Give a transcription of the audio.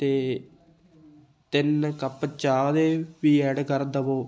ਅਤੇ ਤਿੰਨ ਕੱਪ ਚਾਹ ਦੇ ਵੀ ਐਡ ਕਰ ਦੇਵੋ